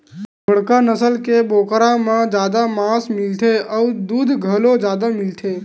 बड़का नसल के बोकरा म जादा मांस मिलथे अउ दूद घलो जादा मिलथे